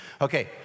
Okay